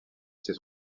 ces